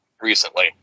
recently